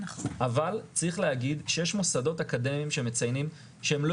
אבל צריך להגיד שיש מוסדות אקדמיים שמציינים שהם לא